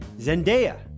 Zendaya